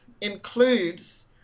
includes